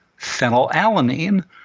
phenylalanine